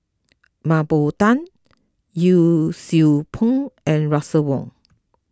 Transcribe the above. Mah Bow Tan Yee Siew Pun and Russel Wong